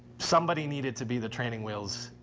somebody needed to be the training wheels.